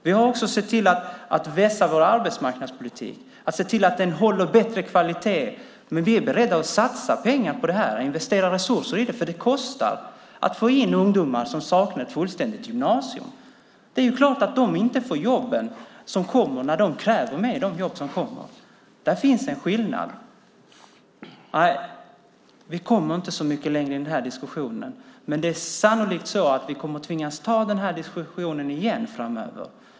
Vi har också sett till att vässa vår arbetsmarknadspolitik. Det handlar om att se till att den håller bättre kvalitet. Men vi är beredda att satsa pengar på det här, investera resurser i det, för det kostar att få in ungdomar som saknar ett fullständigt gymnasiebetyg. Det är klart att de inte får de jobb som kommer, när de kräver mer. Där finns en skillnad. Nej, vi kommer inte så mycket längre i den här diskussionen, men vi kommer sannolikt att tvingas ta den här diskussionen igen framöver.